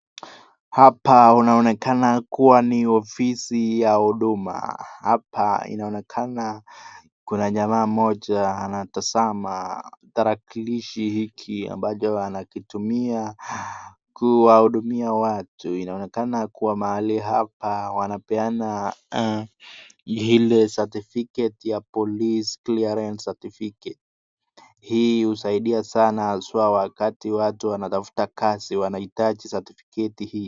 Hapa unaonekana kuwa ni ofisi ya huduma. Hapa inaonekana kuna jamaa mmoja anatazama tarakilishi hiki ambacho anakitumia kuwahudumia watu. Inaonekana kuwa mahali hapa wanapeana ile certificate ya police clearance certificate . Hii husaidia sana haswa wakati watu wanatafuta kazi wanahitaji certificate hii.